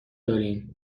دارین